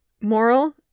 Moral